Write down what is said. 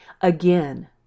Again